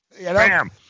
Bam